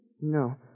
No